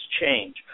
change